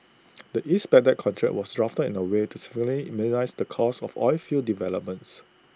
the east Baghdad contract was drafted in A way to significantly minimise the cost of oilfield developments